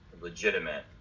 legitimate